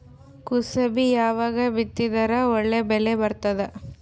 ಕುಸಬಿ ಯಾವಾಗ ಬಿತ್ತಿದರ ಒಳ್ಳೆ ಬೆಲೆ ಬರತದ?